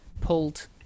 pulled